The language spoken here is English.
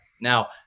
Now